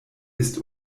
ist